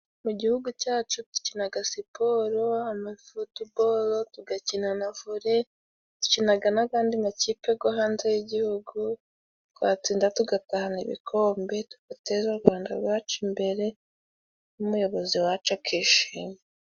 Mu gihugu cyacu dukinaga siporo harimo futubolo, tugakina na vole, dukinaga n'agandi makipe gwo hanze y'igihugu twatsinda tugatahana ibikombe tugateze u Rwanda rwacu imbere, n'umuyobozi wacu akishima.